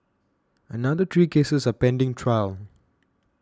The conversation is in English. another three cases are pending trial